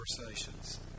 conversations